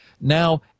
Now